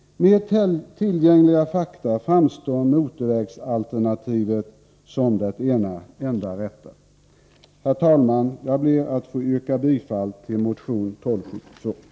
Med tillgängliga fakta framstår motorvägsalternativet som det enda rätta. Herr talman! Jag ber att få yrka bifall till motion 1272.